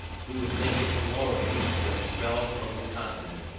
who would think it glorious to expel from the continent,